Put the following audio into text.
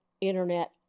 internet